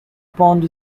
pond